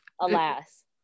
alas